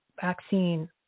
vaccine